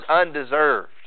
undeserved